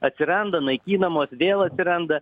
atsiranda naikinamos vėl atsiranda